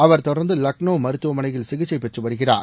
அவர் தொடர்ந்து லக்னோ மருத்துவமளையில் சிகிச்சைப் பெற்று வருகிறார்